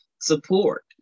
support